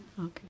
Okay